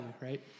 right